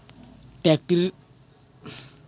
tractor शेतीमा वापरमा येनारा साधनेसपैकी एक साधन शे